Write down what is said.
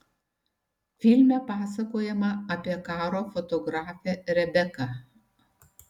filme pasakojama apie karo fotografę rebeką